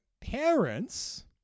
parents